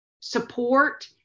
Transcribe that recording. support